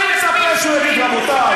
אני מצפה שהוא יגיד: רבותי,